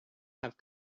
have